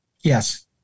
Yes